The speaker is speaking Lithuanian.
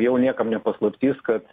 jau niekam ne paslaptis kad